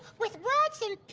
with words and